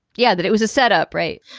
yeah. that it was a setup, right?